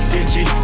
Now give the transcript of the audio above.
Digi